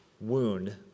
wound